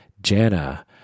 Jana